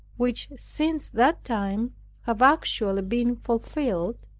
which since that time have actually been fulfilled,